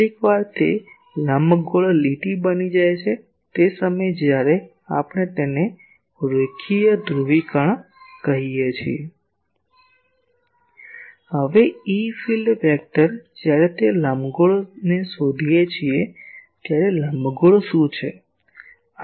કેટલીકવાર તે લંબગોળ એક લીટી બની જાય છે તે સમયે જ્યારે હવે ઇ ફીલ્ડ સદિશ જ્યારે તે લંબગોળને શોધીએ છીએ ત્યારે લંબગોળ શું છે